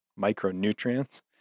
micronutrients